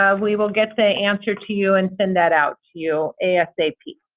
ah we will get the answer to you and send that out to you asap.